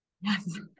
yes